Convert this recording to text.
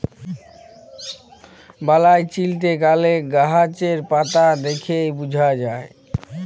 বালাই চিলতে গ্যালে গাহাচের পাতা দ্যাইখে বুঝা যায়